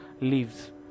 leaves